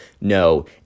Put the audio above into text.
No